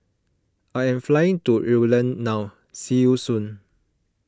I am flying to Ireland now see you soon